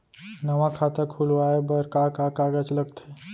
नवा खाता खुलवाए बर का का कागज लगथे?